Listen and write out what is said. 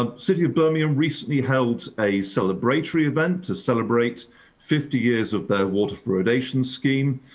um city of birmingham recently held a celebratory event to celebrate fifty years of their water fluoridation scheme.